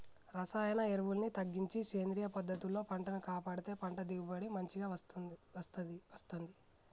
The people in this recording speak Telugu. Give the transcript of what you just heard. రసాయన ఎరువుల్ని తగ్గించి సేంద్రియ పద్ధతుల్లో పంటను కాపాడితే పంట దిగుబడి మంచిగ వస్తంది